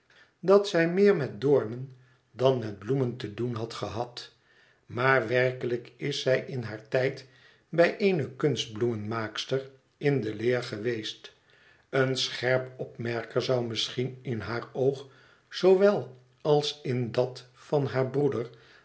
dat zij meer met doornen dan met bloemen te doen had gehad maar werkelijk is zij in haar tijd bij eene kunstbloemenmaakster in de leer geweest een scherp opmerker zou misschien in haar oog zoowel als in dat van haar broeder